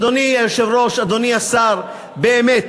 אדוני היושב-ראש, אדוני השר, באמת